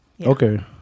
Okay